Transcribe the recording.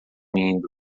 indo